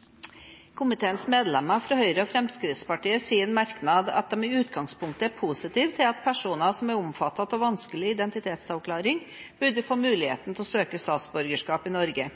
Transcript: positive til at personer som er omfattet av vanskelig identitetsavklaring, burde få muligheten til å søke statsborgerskap i Norge,